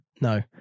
No